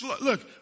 look